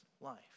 life